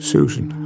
Susan